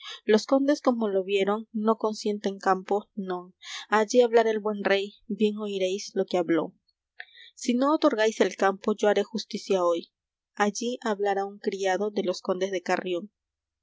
los condes como lo vieron no consienten campo non allí hablara el buen rey bien oiréis lo que habló si no otorgáis el campo yo haré justicia hoy allí hablara un criado de los condes de carrión